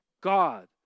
God